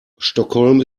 stockholm